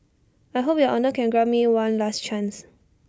I hope your honour can grant me one last chance